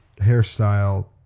hairstyle